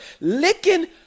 licking